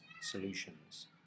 solutions